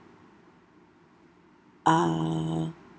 uh